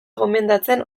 gomendatzen